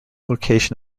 location